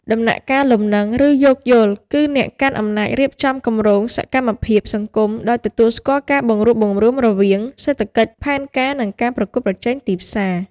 ដំណាក់កាល "លំនឹង" ឬ "យោគយល់" គឺ អ្នកកាន់អំណាចរៀបចំគម្រោងសកម្មភាពសង្គមដោយទទួលស្គាល់ការបង្រួបបង្រួមរវាងសេដ្ឋកិច្ចផែនការ និងការប្រកួតប្រជែងទីផ្សារ។